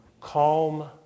calm